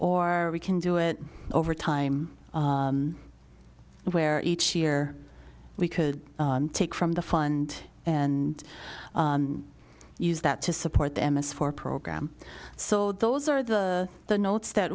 or we can do it over time where each year we could take from the fund and use that to support them as for program so those are the the notes that